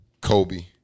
kobe